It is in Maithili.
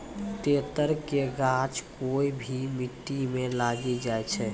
तेतर के गाछ कोय भी मिट्टी मॅ लागी जाय छै